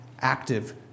active